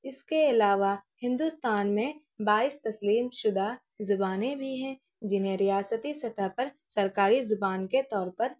اس کے علاوہ ہندوستان میں بائیس تسلیم شدہ زبانیں بھی ہیں جنہیں ریاستی سطح پر سرکاری زبان کے طور پر